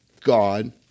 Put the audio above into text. God